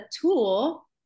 tool